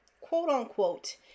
quote-unquote